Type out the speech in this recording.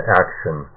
action